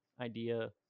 idea